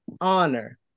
honor